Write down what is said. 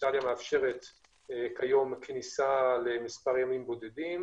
איטליה מאפשרת כיום כניסה למספר ימים בודדים